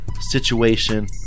situation